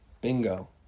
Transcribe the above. Bingo